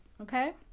Okay